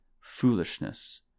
foolishness